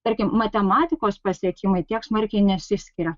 tarkim matematikos pasiekimai tiek smarkiai nesiskiria